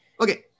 Okay